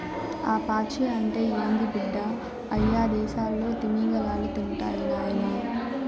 ఆ పాచి అంటే ఏంది బిడ్డ, అయ్యదేసాల్లో తిమింగలాలు తింటాయి నాయనా